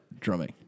drumming